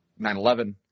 9-11